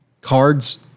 cards